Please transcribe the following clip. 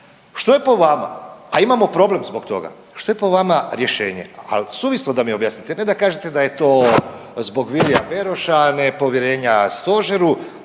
što je po vama, a imamo problem zbog toga, što je po vama rješenje. Al suvislo da mi objasnite, ne da mi kažete da je to zbog Vilija Beroša, nepovjerenja stožeru